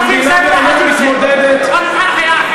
סקנדינביה איננה מתמודדת, לא.